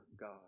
God